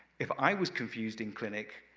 if i was confused in clinic,